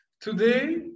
today